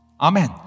Amen